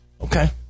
Okay